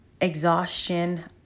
Exhaustion